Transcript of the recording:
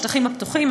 בשטחים הפתוחים,